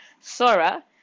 sora